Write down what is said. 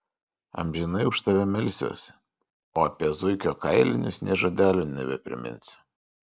amžinai už tave melsiuosi o apie zuikio kailinius nė žodelio nebepriminsiu